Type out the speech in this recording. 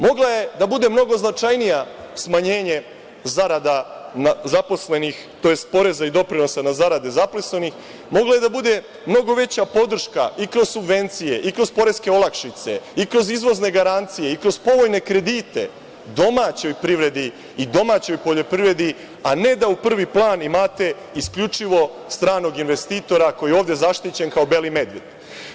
Mogla je da bude mnogo značajnija smanjenje zarada zaposlenih, tj. poreza i doprinosa na zarade zaposlenih, mogla je da bude mnogo veća podrška i kroz subvencije i kroz poreske olakšice i kroz izvozne garancije, i kroz povoljne kredite domaćoj privredi i domaćoj poljoprivredi, a ne da u prvi plan imate isključivo stranog investitora koji je ovde zaštićen kao beli medved.